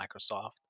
Microsoft